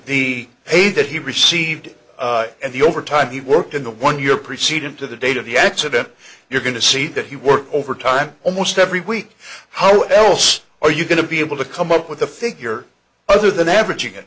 the pay that he received and the overtime he worked in the one year preceding to the date of the accident you're going to see that he work overtime almost every week how else are you going to be able to come up with a figure other than average